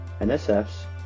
NSF's